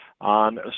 on